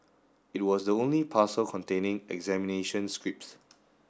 it was the only parcel containing examination scripts